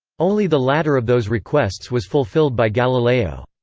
only the latter of those requests was fulfilled by galileo.